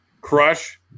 crush